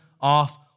off